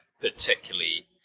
particularly